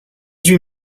huit